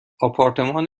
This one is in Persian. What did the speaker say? آپارتمان